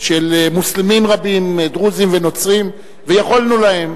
של מוסלמים רבים, דרוזים ונוצרים, ויכולנו להם.